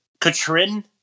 Katrin